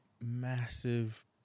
massive